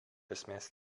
esmės